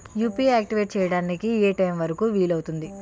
UPI activate చెయ్యడానికి ఏ time వరుకు వీలు అవుతుంది?